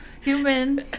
human